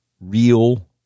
real